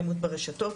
ברשתות,